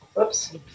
Oops